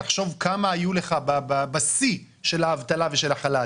תחשוב כמה היו לך בשיא של האבטלה ושל החל"ת,